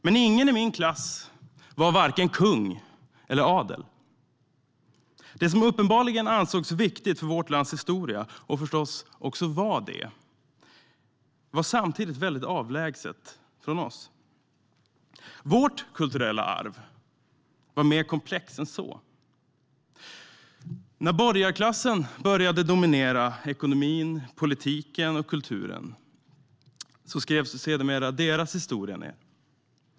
Men i min klass var ingen vare sig kung eller adel. Det som uppenbarligen ansågs viktigt för vårt lands historia, och förstås också var det, var samtidigt väldigt avlägset från oss. Vårt kulturella arv var mer komplext än så. När borgarklassen började dominera ekonomin, politiken och kulturen skrevs sedermera deras historia ned.